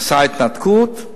עשתה התנתקות,